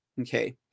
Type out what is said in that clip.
okay